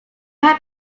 had